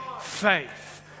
faith